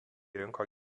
rinko